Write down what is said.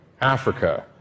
Africa